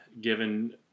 given